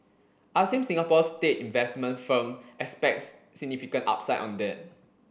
I assume Singapore's state investment firm expects significant upside on that